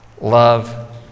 Love